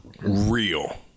Real